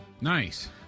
Nice